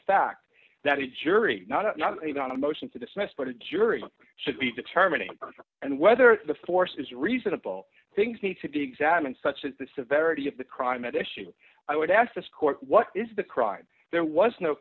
fact that a jury not even on a motion to dismiss but a jury should be determining and whether the force is reasonable things need to be examined such as the severity of the crime at issue i would ask this court what is the crime there was no